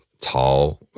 tall